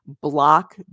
block